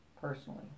personally